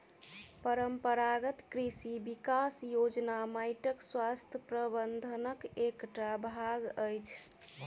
परंपरागत कृषि विकास योजना माइटक स्वास्थ्य प्रबंधनक एकटा भाग अछि